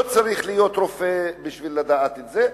לא צריך להיות רופא בשביל לדעת את זה,